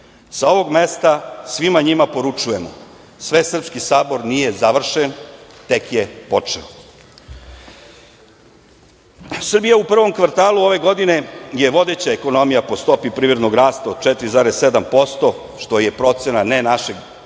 ovog mesta svima njima poručujemo – Svesrpski sabor nije završen, tek je počeo. Srbija u prvom kvartalu ove godine je vodeća ekonomija po stopi privrednog rasta od 4,7%, što je procena ne samo našeg